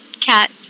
cat